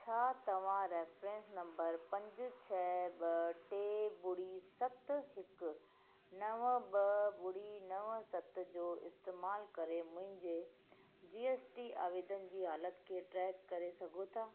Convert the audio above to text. छा तव्हां reference number पंज छह ॿ टे ॿुड़ी सत हिकु नव ॿ ॿुड़ी नव सत जो इस्तेमालु करे मुंहिंजे जीएसटी आवेदन जी हालति खे ट्रैक करे सघो था